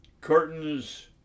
Curtains